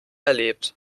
erlebt